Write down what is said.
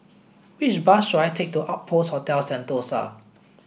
which bus should I take to Outpost Hotel Sentosa